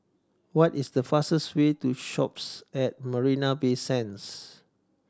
what is the fastest way to Shoppes at Marina Bay Sands